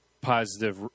positive